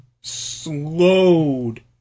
slowed